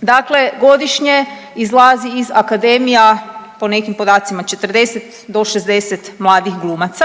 dakle godišnje izlazi iz akademija, po nekim podacima 40 do 60 mladih glumaca